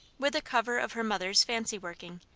with a cover of her mother's fancy working,